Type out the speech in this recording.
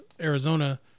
Arizona